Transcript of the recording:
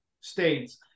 states